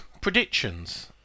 Predictions